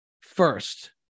first